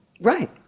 Right